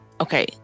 Okay